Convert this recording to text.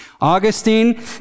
augustine